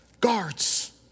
guards